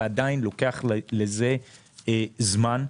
ועדיין לוקח לזה זמן.